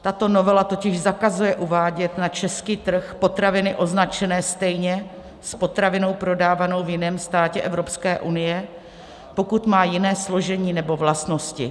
Tato novela totiž zakazuje uvádět na český trh potraviny označené stejně s potravinou prodávanou v jiném státě Evropské unie, pokud má jiné složení nebo vlastnosti.